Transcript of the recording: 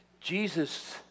Jesus